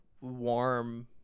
warm